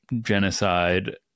genocide